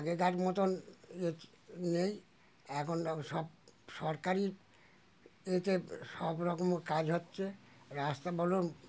আগেকার মতন নেই এখন সব সরকারি এতে সব রকমের কাজ হচ্ছে রাস্তা বলো